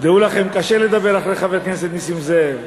דעו לכם, קשה לדבר אחרי חבר הכנסת נסים זאב.